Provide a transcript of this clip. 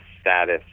status